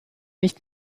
nicht